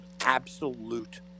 absolute